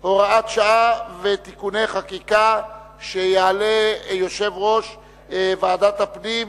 7 והוראת שעה) (שירות במשטרה ושירות מוכר) (תיקון מס' 11),